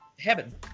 heaven